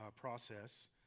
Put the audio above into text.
process